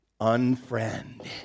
Unfriend